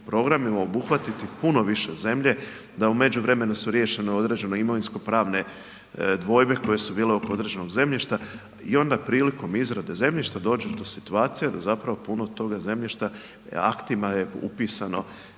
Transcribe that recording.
programima obuhvatiti puno više zemlje, da u međuvremenu su riješena određena imovinskopravne dvojbe koje su bile oko određenog zemljišta. I onda prilikom izrade zemljišta dođe do situacija da puno toga zemljišta aktima je upisano